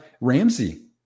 ramsey